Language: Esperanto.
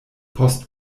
post